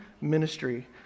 ministry